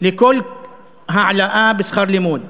לכל העלאה בשכר לימוד.